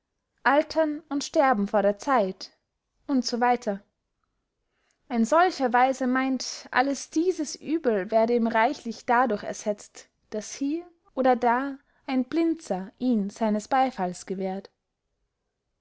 altern und sterben vor der zeit und so weiter ein solcher weiser meynt alles dieses uebel werde ihm reichlich dadurch ersetzt daß hier oder da ein blinzer ihn seines beyfalls gewährt